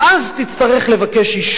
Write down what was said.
תצטרך לבקש אישור.